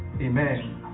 Amen